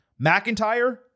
McIntyre